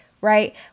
Right